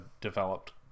developed